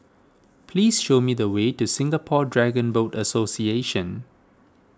please show me the way to Singapore Dragon Boat Association